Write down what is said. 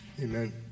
Amen